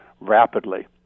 rapidly